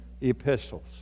epistles